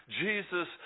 Jesus